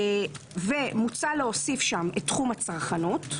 ומוצע להוסיף שם את תחום הצרכנות,